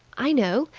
i know.